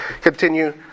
continue